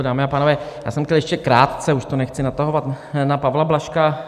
Dámy a pánové, já jsem chtěl ještě krátce, už to nechci natahovat, na Pavla Blažka.